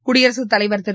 குடியரசுத்தலைவர் திரு